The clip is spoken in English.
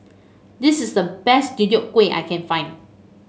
this is the best Deodeok Gui I can find